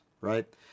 right